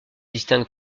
distingue